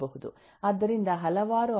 ಆದ್ದರಿಂದ ಹಲವಾರು ಒಬ್ಜೆಕ್ಟ್ ಗಳನ್ನು ಗುರುತಿಸಬಹುದು